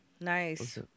nice